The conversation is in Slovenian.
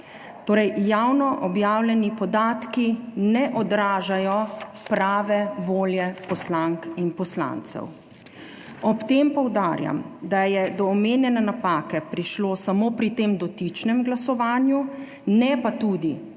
javno objavljeni podatki ne odražajo prave volje poslank in poslancev. Ob tem poudarjam, da je do omenjene napake prišlo samo pri tem dotičnem glasovanju, ne pa tudi